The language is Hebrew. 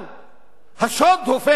השוד הופך להיות חוק מדינה.